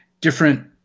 different